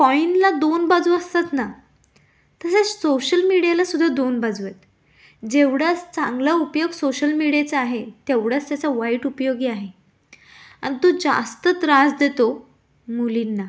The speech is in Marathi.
कॉईनला दोन बाजू असतात ना तसेच सोशल मीडियालासुद्धा दोन बाजू आहेत जेवढा चांगला उपयोग सोशल मीडियाचा आहे तेवढाच त्याचा वाईट उपयोगही आहे अन् तो जास्त त्रास देतो मुलींना